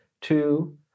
two